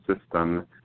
system